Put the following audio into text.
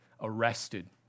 arrested